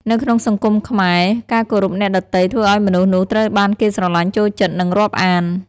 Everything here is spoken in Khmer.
នៅក្នុងសង្គមខ្មែរ ការគោរពអ្នកដទៃធ្វើឲ្យមនុស្សនោះត្រូវបានគេស្រឡាញ់ចូលចិត្ត និងរាប់អាន។